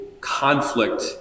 conflict